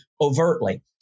overtly